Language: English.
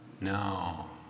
No